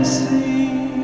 see